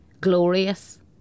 glorious